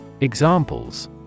Examples